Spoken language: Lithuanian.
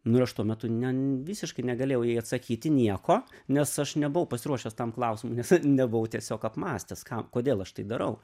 nu ir aš tuo metu ne visiškai negalėjau jai atsakyti nieko nes aš nebuvau pasiruošęs tam klausimui nes nebuvau tiesiog apmąstęs kam kodėl aš tai darau